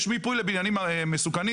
יש מיפוי לבניינים מסוכנים?